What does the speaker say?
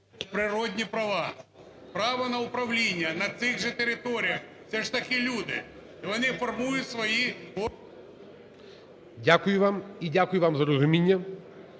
природні права – право на управління на тих же територіях, це ж такі люди, вони формують свої… ГОЛОВУЮЧИЙ. Дякую вам. І дякую вам за розуміння.